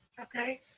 Okay